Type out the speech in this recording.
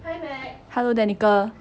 hello danica